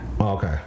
Okay